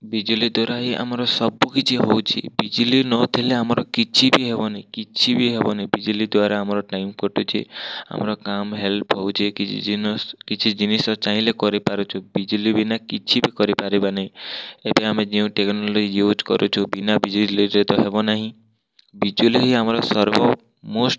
ବିଜୁଳି ଦ୍ୱାରା ହିଁ ଆମର ସବୁ କିଛି ହେଉଛି ବିଜୁଳି ନଥିଲେ ଆମର କିଛି ବି ହେବନି କିଛି ବି ହେବନି ବିଜୁଳି ଦ୍ୱାରା ଆମର ଟାଇମ୍ କଟୁଛି ଆମର କାମ ହେଲ୍ପ ହେଉଛି କିଛି ଜିନିଷ କିଛି ଜିନିଷ ଚାହିଁଲେ କରିପାରୁଛୁ ବିଜୁଳି ବିନା କିଛି ବି କରିପାରିବାନି ଏବେ ଆମେ ନ୍ୟୁ ଟେକ୍ନୋଲୋଜି ଇଉଜ୍ କରୁଛୁ ବିନା ବିଜୁଳିରେ ତ ହେବ ନାହିଁ ବିଜୁଳି ହିଁ ଆମର ସର୍ବ ମୋଷ୍ଟ